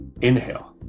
Inhale